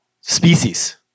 species